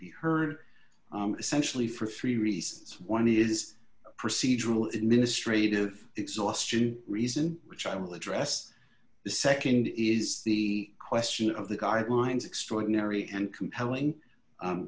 be heard essentially for three reasons one is procedural in ministry of exhaustion reason which i will address the nd is the question of the guidelines extraordinary and compelling